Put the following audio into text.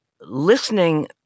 Listening